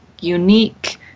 unique